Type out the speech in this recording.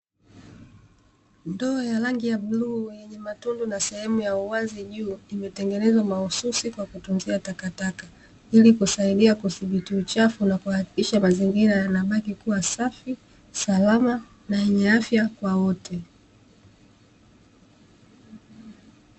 Ndoo ya rangi ya buluu yenye matundu na sehemu ya uwazi juu, imetengenezwa mahususi kwa kutunzia takataka ili kusaidia kudhibiti uchafu, na kuhakikisha mazingira yanabaki kuwa safi, salama, na yenye afya kwa wote.